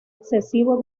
excesivo